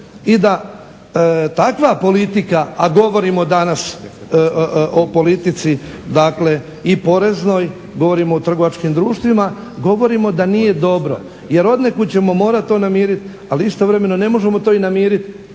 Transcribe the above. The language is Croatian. i da takva politika, a govorimo danas o politici i poreznoj, govorimo o trgovačkim društvima govorimo da nije dobro jer od nekud ćemo to morati namiriti. Ali istovremeno ne možemo to i namiriti